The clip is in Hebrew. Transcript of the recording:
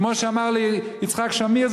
כמו שאמר לי יצחק שמיר,